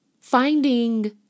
Finding